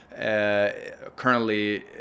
Currently